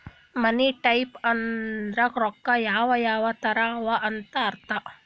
ಮನಿ types ಅಂದುರ್ ರೊಕ್ಕಾ ಯಾವ್ ಯಾವ್ ತರ ಅವ ಅಂತ್ ಅರ್ಥ